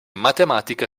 matematica